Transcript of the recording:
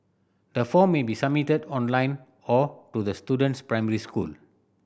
the form may be submitted online or to the student's primary school